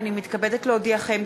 הנני מתכבדת להודיעכם,